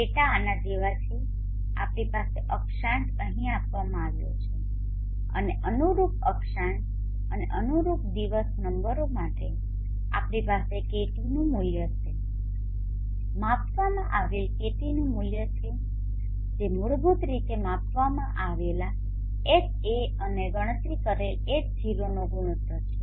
ડેટાdataમાહિતી આના જેવા છે આપણી પાસે અક્ષાંશ અહીં આપવામાં આવ્યો છે અને અનુરૂપ અક્ષાંશ અને અનુરૂપ દિવસ નંબરો માટે આપણી પાસે ktનુ મુલ્ય છે માપવામાં આવેલ ktનુ મુલ્ય છે જે મૂળભૂત રીતે માપવામાં આવેલ Ha અને ગણતરી કરેલ H0નો ગુણોત્તર છે